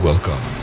Welcome